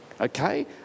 okay